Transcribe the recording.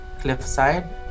cliffside